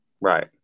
Right